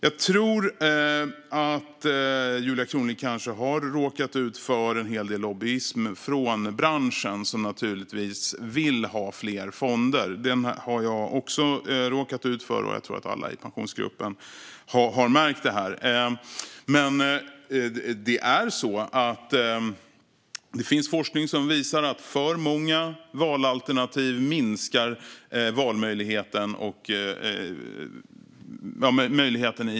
Julia Kronlid kanske har råkat ut för en hel del lobbyism från branschen, som naturligtvis vill ha fler fonder. Det har jag också råkat ut för, och jag tror att alla i Pensionsgruppen har märkt detta. Det finns forskning som visar att alltför många valalternativ i praktiken minskar valmöjligheten.